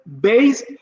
based